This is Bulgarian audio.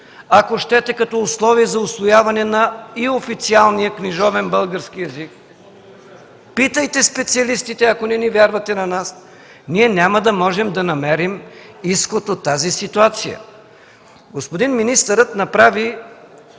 ако щете като условие за усвояване и на официалния книжовен български език, питайте специалистите, ако не ни вярвате на нас – ние няма да можем да намерим изход от тази ситуация. Господин министърът направи